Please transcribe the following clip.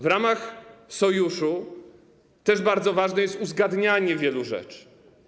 W ramach Sojuszu bardzo ważne jest uzgadnianie wielu rzeczy.